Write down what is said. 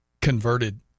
converted